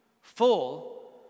full